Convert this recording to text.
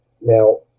Now